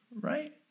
right